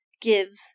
gives